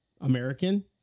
American